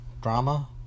drama